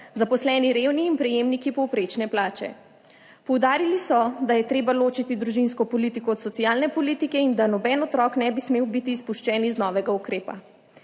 zaposleni revni in prejemniki povprečne plače. Poudarili so, da je treba ločiti družinsko politiko od socialne politike in da noben otrok ne bi smel biti izpuščen iz novega ukrepa.